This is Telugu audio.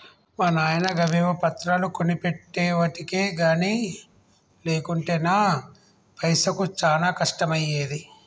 మా నాయిన గవేవో పత్రాలు కొనిపెట్టెవటికె గని లేకుంటెనా పైసకు చానా కష్టమయ్యేది